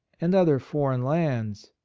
and other foreign lands.